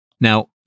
Now